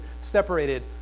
separated